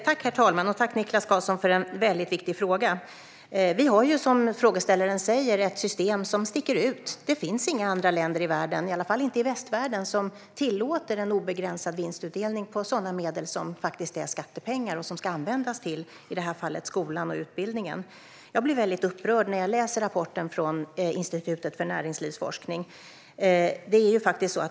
Herr talman! Tack för en väldigt viktig fråga, Niklas Karlsson! Som frågeställaren säger har vi ett system som sticker ut. Det finns inga andra länder i världen, i alla fall inte i västvärlden, som tillåter en obegränsad vinstutdelning från sådana medel som faktiskt är skattepengar och som ska användas till i det här fallet skolan och utbildningen. Jag blir väldigt upprörd när jag läser rapporten från Institutet för Näringslivsforskning.